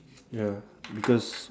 ya because